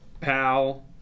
pal